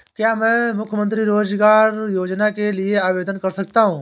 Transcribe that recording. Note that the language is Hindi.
क्या मैं मुख्यमंत्री रोज़गार योजना के लिए आवेदन कर सकता हूँ?